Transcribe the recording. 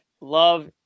love